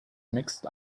mixed